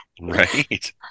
Right